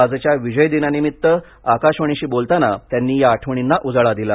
आजच्या विजयदिनानिमित्त आकाशवाणीशी बोलताना त्यांनी या आठवणींना उजाळा दिला